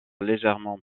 légèrement